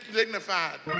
dignified